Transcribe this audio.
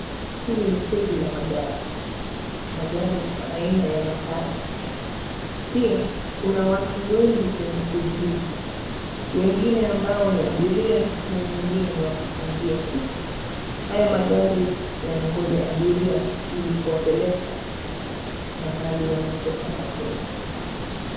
Hili ni steji la magari, magari kwa aina ya matatu. Pia kuna watu wengi kwenye steji hii, wengine ambao ni abiria na wengine ni wapita njia tu. Haya magari yanangoja abiria ili kuwapeleka mahali wanapotaka kwenda.